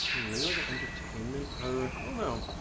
maybe like an entertainment or i don't know.